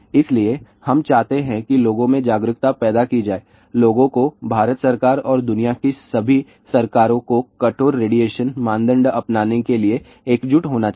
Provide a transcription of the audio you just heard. इसलिए हम चाहते हैं कि लोगों में जागरूकता पैदा की जाए लोगों को भारत सरकार और दुनिया की सभी सरकारों को कठोर रेडिएशन मानदंड अपनाने के लिए एकजुट होना चाहिए